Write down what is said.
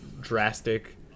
drastic